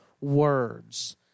words